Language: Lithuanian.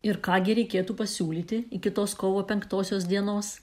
ir ką gi reikėtų pasiūlyti iki tos kovo penktosios dienos